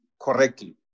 correctly